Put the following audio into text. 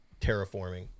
terraforming